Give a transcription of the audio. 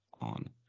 on